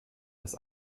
das